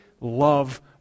love